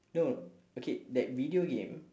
no okay that video game